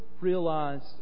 realized